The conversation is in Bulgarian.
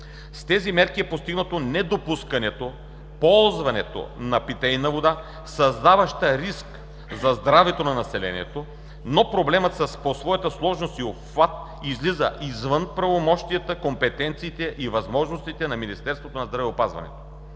С тези мерки е постигнато недопускане ползването на питейна вода, създаваща риск за здравето на населението, но проблемът по своята сложност и обхват излиза извън правомощията, компетенциите и възможностите на Министерството на здравеопазването.